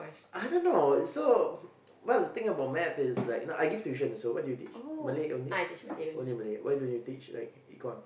I don't know so well the thing about maths is like you know I give tuition also what do you teach Malay only only Malay why don't you teach like econs